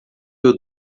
mil